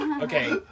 okay